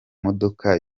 modoka